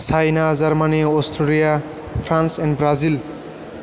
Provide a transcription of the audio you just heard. China Germany Australia France and Brazil